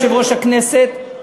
יושב-ראש הכנסת,